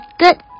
good